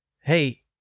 hey-